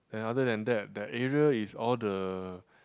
and other than that that area is all the